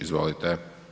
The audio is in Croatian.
Izvolite.